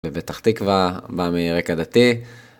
מפתח תקווה, בא מרקע דתי.